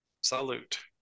Salute